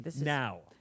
now